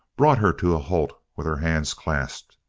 brought her to a halt with her hands clasped.